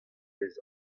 vez